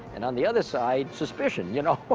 and on the other side, suspicion, you know.